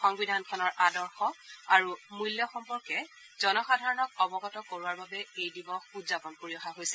সংবিধানখনৰ আদৰ্শ আৰু মূল্য সম্পৰ্কে জনসাধাৰণক অৱগত কৰোৱাৰ বাবে এই দিৱস উদযাপন কৰি অহা হৈছে